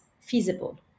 feasible